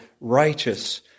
righteous